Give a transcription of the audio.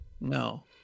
No